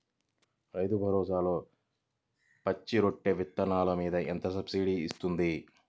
రైతు భరోసాలో పచ్చి రొట్టె విత్తనాలు మీద ఎంత సబ్సిడీ ఇస్తుంది?